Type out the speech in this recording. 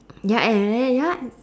ya and and and ya